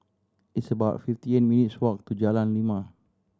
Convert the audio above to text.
it's about fifty eight minutes' walk to Jalan Lima